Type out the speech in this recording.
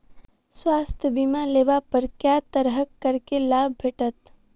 स्वास्थ्य बीमा लेबा पर केँ तरहक करके लाभ भेटत?